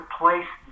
place